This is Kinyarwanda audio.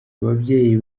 ababyeyi